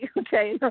Okay